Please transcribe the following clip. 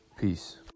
Peace